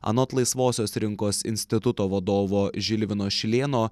anot laisvosios rinkos instituto vadovo žilvino šilėno